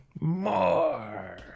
more